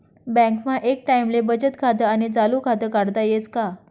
बँकमा एक टाईमले बचत खातं आणि चालू खातं काढता येस का?